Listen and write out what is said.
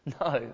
No